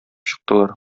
чыктылар